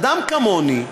אדם כמוני,